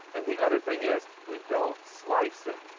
and the other thing is, we don't slice it,